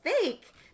fake